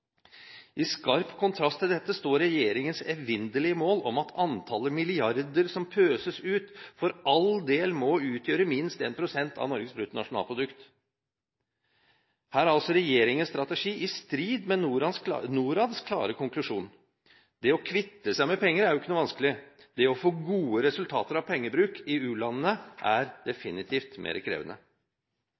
I skarp kontrast til dette står regjeringens evinnelige mål om at antallet milliarder som pøses ut, for all del må utgjøre minst 1 pst. av Norges bruttonasjonalprodukt. Her er altså regjeringens strategi i strid med Norads klare konklusjon. Det å kvitte seg med penger er ikke noe vanskelig. Det å få gode resultater av pengebruk i u-landene er definitivt mer krevende.